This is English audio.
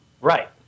right